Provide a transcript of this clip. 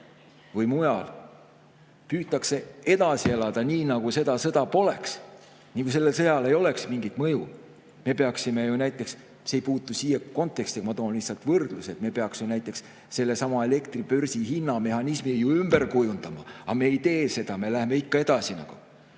või mujal, püütakse edasi elada nii, nagu seda sõda poleks, nagu sellel sõjal ei oleks mingit mõju. Me peaksime ju näiteks – see ei puutu siia konteksti, aga ma toon lihtsalt võrdluseks – sellesama elektribörsi hinnamehhanismi ümber kujundama, aga me ei tee seda, me läheme ikka edasi.